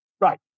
Right